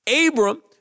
Abram